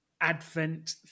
advent